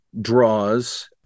draws